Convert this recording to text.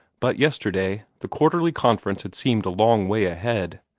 but yesterday the quarterly conference had seemed a long way ahead.